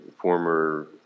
former